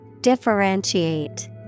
Differentiate